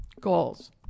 goals